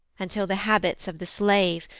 until the habits of the slave,